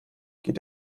geht